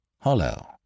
hollow